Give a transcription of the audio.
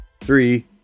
three